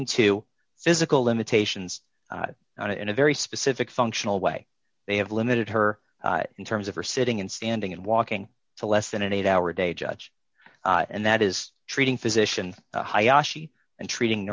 to physical limitations in a very specific functional way they have limited her in terms of her sitting and standing and walking the less than an eight hour day judge and that is treating physician and treating